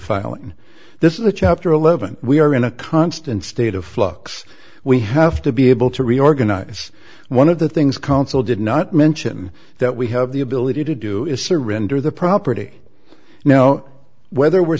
file in this is a chapter eleven we are in a constant state of flux we have to be able to reorganize one of the things counsel did not mention that we have the ability to do is surrender the property now whether we're